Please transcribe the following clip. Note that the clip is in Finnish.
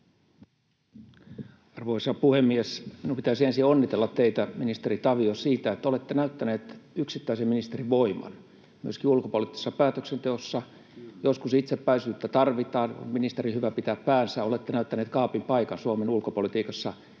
Arvoisa puhemies! Minun pitäisi ensin onnitella teitä, ministeri Tavio, siitä, että te olette näyttänyt yksittäisen ministerin voiman. Myöskin ulkopoliittisessa päätöksenteossa joskus itsepäisyyttä tarvitaan. Ministerin on hyvä pitää päänsä. Olette näyttänyt kaapin paikan Suomen ulkopolitiikassa tämän